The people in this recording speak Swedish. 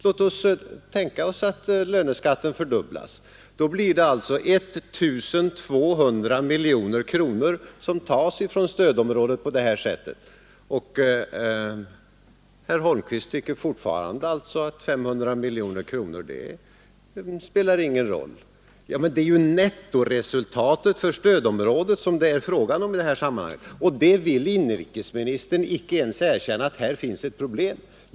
Låt oss tänka oss att löneskatten fördubblas: då skulle alltså I 200 miljoner kronor komma att betalas från stödområdet. Herr Holmqvist tycker fortfarande att 500 miljoner kronor i förhållande till 1 200 inte gör någon skillnad. Men det är nettoresultatet för stödområdet som det är fråga om i det här sammanhanget, och inrikesministern vill inte erkänna att det finns ett problem här!